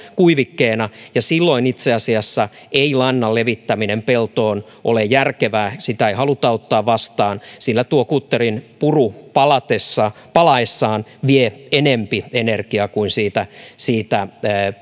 kuivikkeena ja silloin itse asiassa ei lannan levittäminen peltoon ole järkevää ja sitä ei haluta ottaa vastaan sillä tuo kutterinpuru palaessaan palaessaan vie enempi energiaa kuin siitä siitä